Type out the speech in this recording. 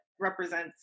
represents